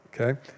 Okay